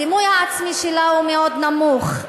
הדימוי העצמי שלה הוא מאוד נמוך,